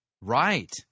Right